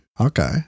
Okay